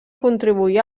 contribuir